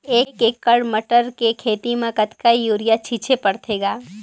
एक एकड़ मटर के खेती म कतका युरिया छीचे पढ़थे ग?